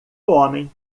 homem